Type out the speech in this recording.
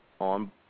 on